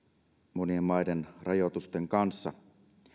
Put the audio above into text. monien maiden rajoitusten kanssa